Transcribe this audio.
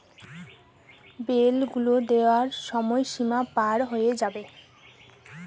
বিল গুলো দেওয়ার সময় সীমা পার হয়ে যাবে